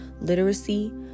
literacy